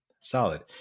solid